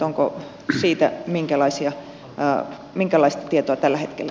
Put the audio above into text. onko siitä minkälaista tietoa tällä hetkellä